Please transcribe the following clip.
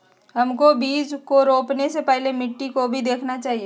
हमको बीज को रोपने से पहले मिट्टी को भी देखना चाहिए?